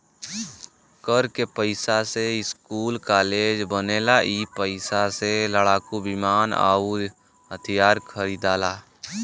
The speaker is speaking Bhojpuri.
कर के पइसा से स्कूल कालेज बनेला ई पइसा से लड़ाकू विमान अउर हथिआर खरिदाला